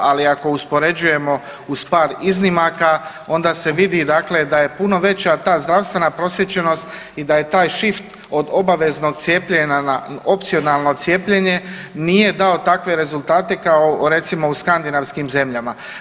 Ali ako uspoređujemo uz par iznimaka onda se vidi, dakle da je puno veća ta zdravstvena prosvjećenost i da je taj šift od obaveznog cijepljenja na opcionalno cijepljenje nije dao takve rezultate kao recimo u skandinavskim zemljama.